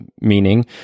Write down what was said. meaning